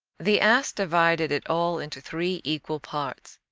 the ass divided it all into three equal parts,